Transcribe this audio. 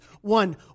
One